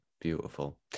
Beautiful